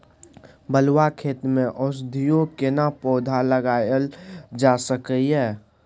बलुआ खेत में औषधीय केना पौधा लगायल जा सकै ये?